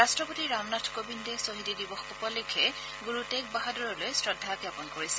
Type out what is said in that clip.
ৰাট্টপতি ৰামনাথ কোবিন্দে খ্বহীদি দিৱস উপলক্ষে গুৰু টেগ বাহাদুৰলৈ শ্ৰদ্ধা জাপন কৰিছে